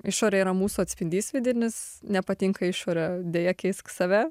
išorė yra mūsų atspindys vidinis nepatinka išorė deja keisk save